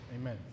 Amen